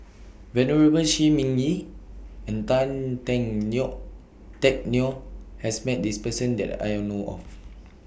Venerable Shi Ming Yi and Tan Teck Neo Teck Neo has Met This Person that I know of